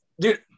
dude